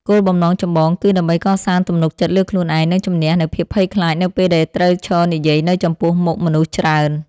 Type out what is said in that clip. គោលបំណងចម្បងគឺដើម្បីកសាងទំនុកចិត្តលើខ្លួនឯង និងជម្នះនូវភាពភ័យខ្លាចនៅពេលដែលត្រូវឈរនិយាយនៅចំពោះមុខមនុស្សច្រើន។